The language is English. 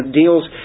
deals